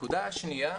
נקודה שנייה,